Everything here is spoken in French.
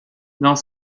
dans